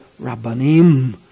Rabbanim